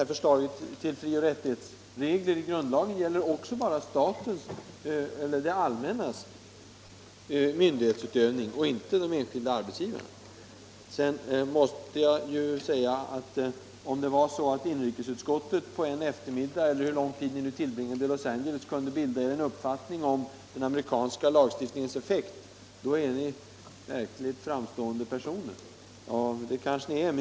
Även förslaget till fri och rättighetsregler i grundlagen gäller bara det allmännas myndighetsutövning, men inte de enskilda arbetsgivarna. Om inrikesutskottet på en eftermiddag — eller hur lång tid ni nu tillbringade i Los Angeles —- kunde bilda er en uppfattning om den amerikanska lagstiftningens effekt, då är ni verkligt framstående!